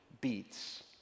beats